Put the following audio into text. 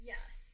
Yes